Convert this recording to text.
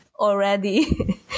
already